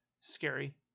scary